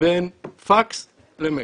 בין פקס למייל.